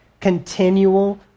Continual